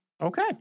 Okay